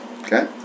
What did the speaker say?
Okay